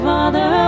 Father